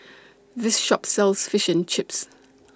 This Shop sells Fish and Chips